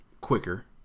quicker